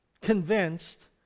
convinced